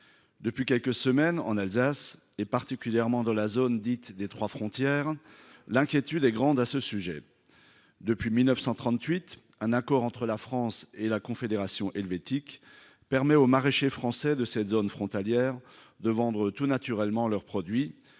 Depuis quelques semaines, en Alsace, particulièrement dans la zone dite des trois frontières, l'inquiétude est grande. Depuis 1938, un accord entre la France et la Confédération helvétique permet aux maraîchers français de ce territoire frontalier de vendre tout naturellement leurs produits